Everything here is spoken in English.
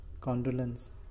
Condolence